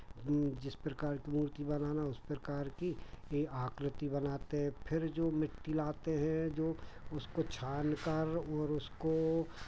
जिस प्रकार की मूर्ति बनाना उस प्रकार की ये आकृति बनाते हैं फिर जो मिट्टी लाते हैं जो उसको छानकर और उसको